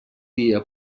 dia